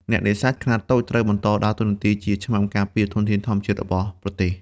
អ្នកនេសាទខ្នាតតូចត្រូវបន្តដើរតួនាទីជា ឆ្មាំការពារ ធនធានធម្មជាតិរបស់ប្រទេស។